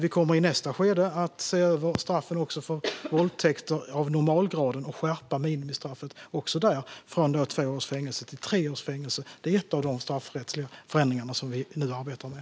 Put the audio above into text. I nästa skede kommer vi att se över straffen också för våldtäkter av normalgraden och skärpa minimistraffet också där, från två års fängelse till tre års fängelse. Det är en av de straffrättsliga förändringar som vi nu arbetar med.